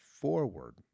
forward